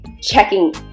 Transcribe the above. checking